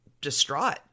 distraught